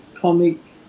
comics